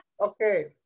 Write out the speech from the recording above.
Okay